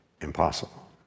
impossible